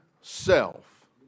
self